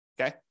Okay